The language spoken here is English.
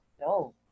no